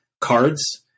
cards